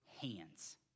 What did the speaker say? hands